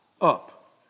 up